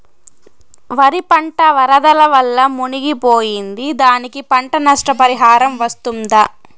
వరి పంట వరదల వల్ల మునిగి పోయింది, దానికి పంట నష్ట పరిహారం వస్తుందా?